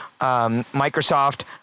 Microsoft